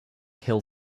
hill